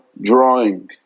drawing